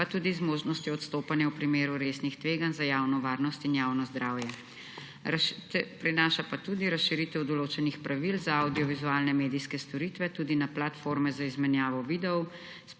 pa tudi z možnostjo odstopanja v primeru resnih tveganj za javno varnost in javno zdravje. Prinaša pa tudi razširitev določenih pravil za avdiovizualne medijske storitve tudi na platforme za izmenjavo videov.